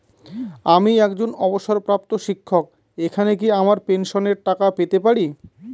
আমি একজন অবসরপ্রাপ্ত শিক্ষক এখানে কি আমার পেনশনের টাকা পেতে পারি?